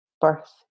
birth